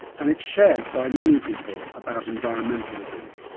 and it's shared by many people about environmentalism.